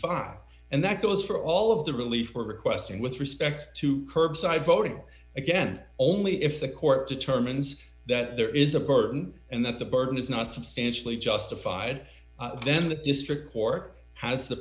dollars and that goes for all of the relief for question with respect to curbside voting again only if the court determines that there is a burden and that the burden is not substantially justified then the district court has the